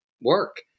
work